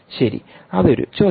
ശരി അത് ഒരു ചോദ്യമാണ്